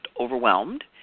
overwhelmed